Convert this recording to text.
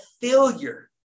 failure